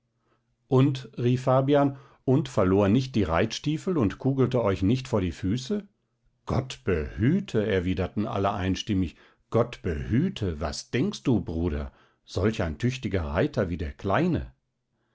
und rief fabian und verlor nicht die reitstiefel und kugelte euch nicht vor die füße gott behüte erwiderten alle einstimmig gott behüte was denkst du bruder solch ein tüchtiger reiter wie der kleine